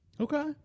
Okay